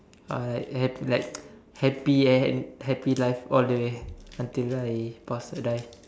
or like happy end happy life all the way until I pass uh die